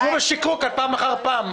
שיקרו כאן פעם אחר פעם.